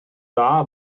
dda